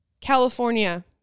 California